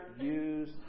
use